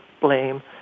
blame